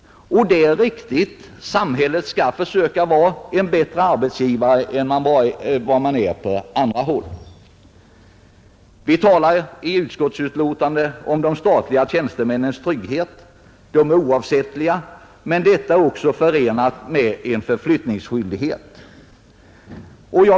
Och det är riktigt; samhället skall försöka vara en bättre arbetsgivare än andra är, Vi talar i utskottsbetänkandet om de statliga tjänstemännens trygghet. De är oavsättliga, men det är också förenat med en förflyttningsskyldighet.